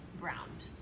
browned